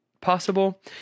possible